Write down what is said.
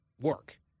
work